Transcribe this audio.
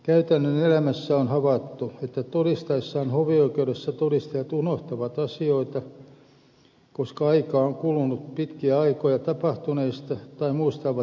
käytännön elämässä on havaittu että todistaessaan hovioikeudessa todistajat unohtavat asioita koska aikaa on kulunut pitkiä aikoja tapahtuneesta tai he muistavat ne aivan toisin